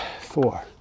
four